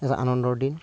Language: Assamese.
এটা আনন্দৰ দিন